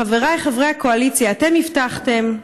חבריי חברי הקואליציה, אתם הבטחתם,